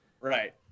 Right